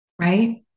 right